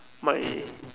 my